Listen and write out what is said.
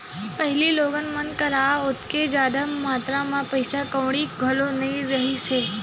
पहिली लोगन मन करा ओतेक जादा मातरा म पइसा कउड़ी घलो नइ रिहिस हे